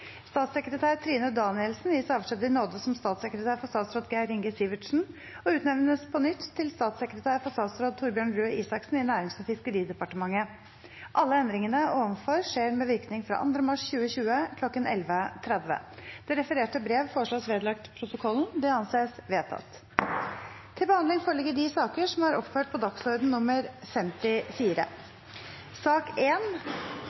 Statssekretær Trine Danielsen gis avskjed i nåde som statssekretær for statsråd Geir Inge Sivertsen og utnevnes på nytt til statssekretær for statsråd Torbjørn Røe Isaksen i Nærings- og Fiskeridepartementet. Alle endringene ovenfor skjer med virkning fra 2. mars 2020 kl. 11.30.» Det refererte brevet foreslås vedlagt protokollen. – Det anses vedtatt.